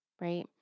right